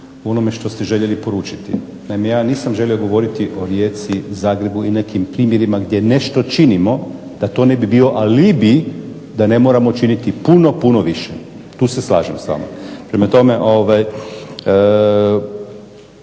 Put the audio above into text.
onome što ste željeli poručiti. Naime, ja nisam želio govoriti o Rijeci, Zagrebu i nekim primjerima gdje nešto činimo da to ne bi bio alibi da ne moramo činiti puno, puno više. Tu se slažem s vama. Prema tome, ne